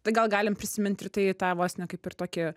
tai gal galim prisimint ir tai tą vos ne kaip ir tokį